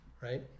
Right